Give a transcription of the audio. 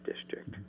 district